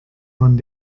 man